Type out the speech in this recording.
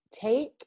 take